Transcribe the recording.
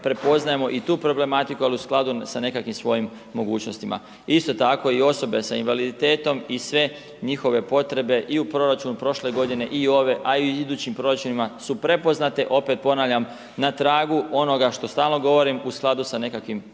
prepoznajemo i tu problematiku ali u skladu sa nekakvim svojim mogućnostima. Isto tako i osobe sa invaliditetom i sve njihove potrebe i u proračunu od prošle godine i ove a i u idućim proračunima su prepoznate, opet ponavljam, na tragu onoga što stalno govorim u skladu sa nekakvim